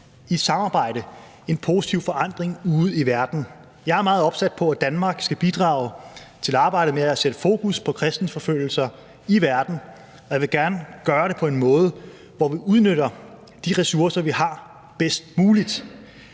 et samarbejde en positiv forandring ude i verden? Jeg er meget opsat på, at Danmark skal bidrage til arbejdet med at sætte fokus på kristenforfølgelser i verden, og jeg vil gerne gøre det på en måde, hvor vi udnytter de ressourcer, vi har, bedst muligt.